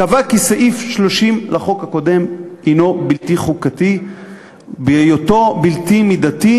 קבע כי סעיף 30 לחוק הקודם הנו בלתי חוקתי בהיותו בלתי מידתי,